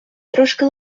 трошки